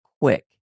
quick